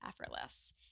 effortless